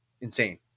insane